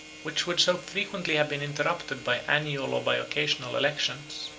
which would so frequently have been interrupted by annual or by occasional elections,